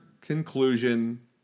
conclusion